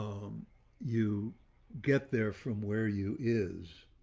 um you get there from where you is.